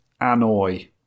Annoy